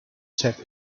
tap